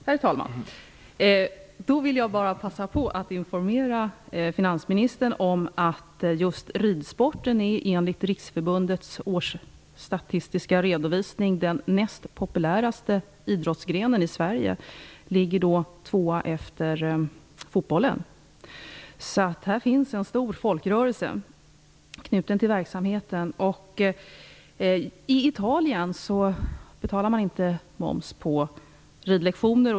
Herr talman! Då vill jag bara passa på att informera finansministern om att just ridsporten enligt Riksförbundets statistiska årsredovisning är den näst populäraste idrottsgrenen i Sverige. Den ligger tvåa efter fotbollen. Här finns en stor folkrörelse knuten till verksamheten. I Italien betalar man inte moms på ridlektioner.